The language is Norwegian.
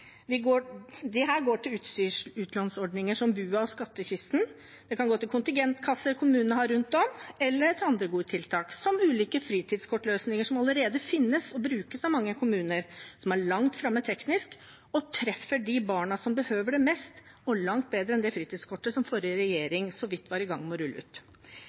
går til utlånsordninger som BUA og Skattkammeret. Det kan gå til kontingentkasser som kommunene har rundt om, eller til andre gode tiltak, som ulike fritidskortløsninger, som allerede finnes og brukes av mange kommuner som er langt framme teknisk, og som treffer de barna som behøver det mest – og langt bedre enn det fritidskortet som forrige regjering så vidt var i gang med å rulle ut.